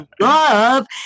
love